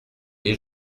les